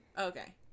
Okay